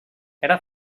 era